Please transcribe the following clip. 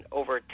over